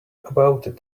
about